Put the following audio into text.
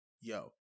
yo